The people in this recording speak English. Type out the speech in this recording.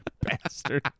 bastard